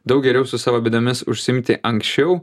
daug geriau su savo bėdomis užsiimti anksčiau